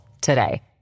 today